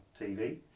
TV